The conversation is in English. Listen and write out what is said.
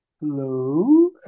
hello